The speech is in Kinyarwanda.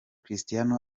cristiano